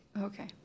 okay